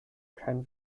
kein